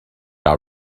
out